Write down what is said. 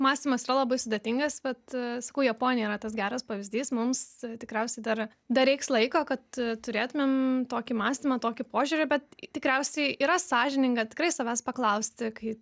mąstymas yra labai sudėtingas bet sakau japonija yra tas geras pavyzdys mums tikriausiai dar dar reiks laiko kad turėtumėm tokį mąstymą tokį požiūrį bet tikriausiai yra sąžininga tikrai savęs paklausti kai